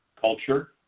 culture